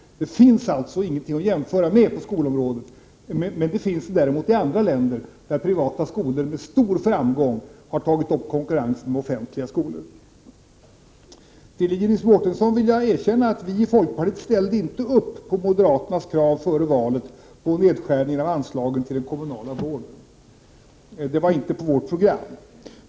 Det finns alltså ingenting att jämföra med på skolområdet i Sverige, men det finns det däremot i andra länder, där privata skolor med stor framgång har tagit upp konkurrensen med offentliga skolor. Jag vill för Iris Mårtensson erkänna att vi i folkpartiet inte ställde upp på moderaternas krav före valet på att skära ner anslagen till den kommunala vården. Det var inte på vårt program.